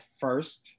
first